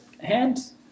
hands